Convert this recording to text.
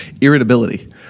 irritability